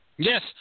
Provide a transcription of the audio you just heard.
Yes